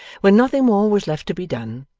when nothing more was left to be done,